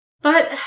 But-